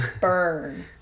burn